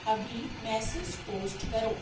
ابھی message post کرو